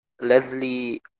Leslie